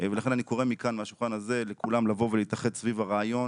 ולכן אני קורא מכאן מהשולחן הזה לכולם להתאחד סביב הרעיון.